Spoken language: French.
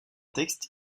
textes